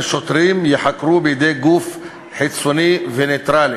שוטרים ייחקרו בידי גוף חיצוני ונייטרלי